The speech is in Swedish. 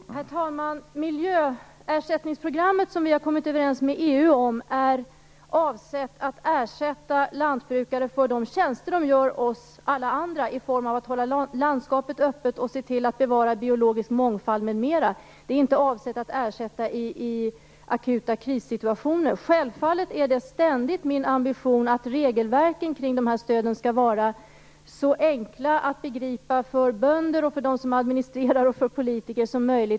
Herr talman! Miljöersättningsprogrammet, som vi har kommit överens med EU om, är avsett att ersätta lantbrukare för de tjänster de gör alla oss andra i form av att hålla landskapet öppet, se till att bevara biologisk mångfald, m.m. Det är inte avsett att ge ersättning i akuta krissituationer. Självfallet är det ständigt min ambition att regelverken kring de här stöden skall vara så enkla som möjligt att begripa för bönder, för dem som administrerar och för politiker.